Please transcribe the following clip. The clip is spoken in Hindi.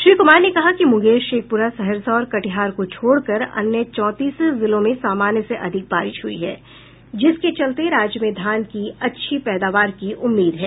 श्री कुमार ने कहा कि मुंगेर शेखपुरा सहरसा और कटिहार को छोड़कर अन्य चौंतीस जिलों में सामान्य से अधिक बारिश हुई है जिसके चलते राज्य में धान की अच्छी पैदावार की उम्मीद है